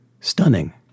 stunning